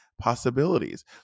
possibilities